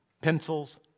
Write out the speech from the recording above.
pencils